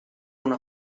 una